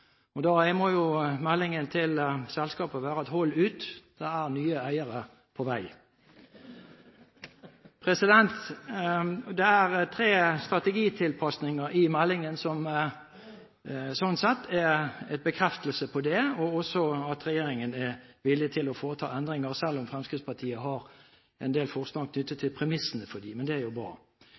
har. Da må jo meldingen til selskapet være: Hold ut, det er nye eiere på vei! Det er tre strategitilpasninger i meldingen som slik sett er en bekreftelse på det, og også at regjeringen er villig til å foreta endringer, selv om Fremskrittspartiet har en del forslag knyttet til premissene for dem. Men det er jo bra.